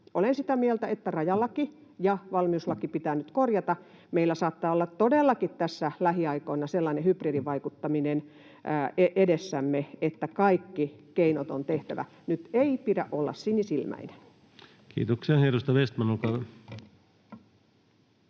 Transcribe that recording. Olen sitä mieltä, että rajalaki ja valmiuslaki pitää nyt korjata. Meillä saattaa olla todellakin tässä lähiaikoina sellainen hybridivaikuttaminen edessämme, että kaikki keinot on tehtävä. Nyt ei pidä olla sinisilmäinen. [Speech